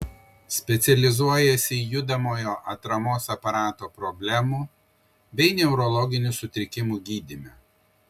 specializuojasi judamojo atramos aparato problemų bei neurologinių sutrikimų gydyme